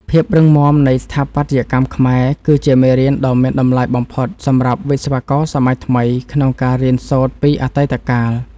ភាពរឹងមាំនៃស្ថាបត្យកម្មខ្មែរគឺជាមេរៀនដ៏មានតម្លៃបំផុតសម្រាប់វិស្វករសម័យថ្មីក្នុងការរៀនសូត្រពីអតីតកាល។